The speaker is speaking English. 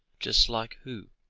just like who?